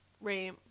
Right